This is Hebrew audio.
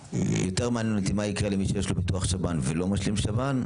יותר מעניין אותי מה יקרה למי שיש לו ביטוח שב"ן ולא משלים שב"ן,